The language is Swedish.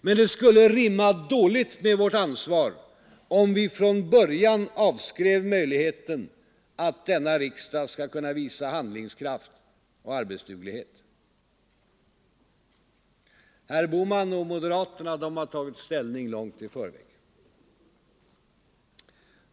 Men det skulle rimma dåligt med vårt ansvar om vi från början avskrev möjligheten att denna riksdag skall kunna visa handlingskraft och arbetsduglighet. Herr Bohman och moderaterna har tagit ställning långt i förväg.